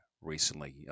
recently